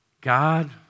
God